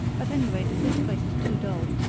at any rate, this place is too dull.